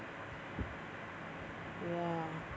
ya